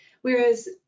whereas